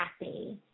happy